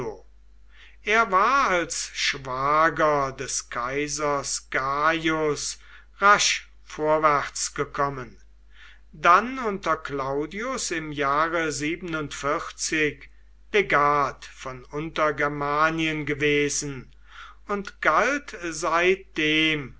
er war als schwager des kaisers gaius rasch vorwärts gekommen dann unter claudius im jahre legat von untergermanien gewesen und galt seitdem